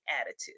Attitude